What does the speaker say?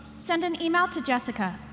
send an email to jessica.